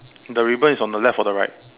the ribbon is on the left or the right